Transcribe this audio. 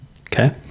okay